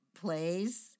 plays